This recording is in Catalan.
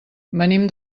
venim